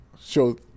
show